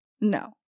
no